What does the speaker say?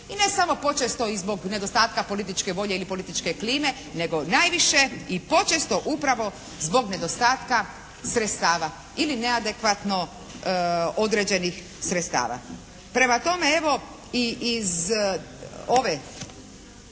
i ne samo počesto i zbog nedostatka političke volje i političke klime nego najviše i počesto upravo zbog nedostatka sredstava ili neadekvatno određenih sredstava. Prema tome, evo i iz ove